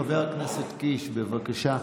חבר הכנסת קיש, בבקשה.